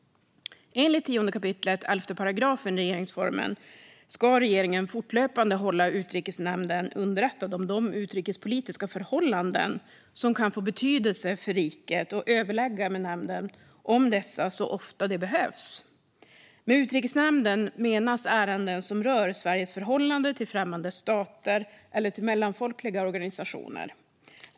Enligt 10 kap. 11 § regeringsformen ska regeringen fortlöpande hålla Utrikesnämnden underrättad om de utrikespolitiska förhållanden som kan få betydelse för riket och överlägga med nämnden om dessa så ofta det behövs. Med utrikesärenden menas ärenden som rör Sveriges förhållande till främmande stater eller till mellanfolkliga organisationer.